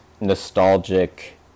nostalgic